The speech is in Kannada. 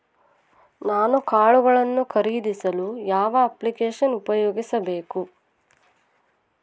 ನಾನು ಕಾಳುಗಳನ್ನು ಖರೇದಿಸಲು ಯಾವ ಅಪ್ಲಿಕೇಶನ್ ಉಪಯೋಗಿಸಬೇಕು?